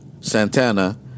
Santana